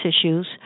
issues